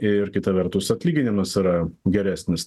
ir kita vertus atlyginimas yra geresnis